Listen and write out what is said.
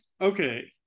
Okay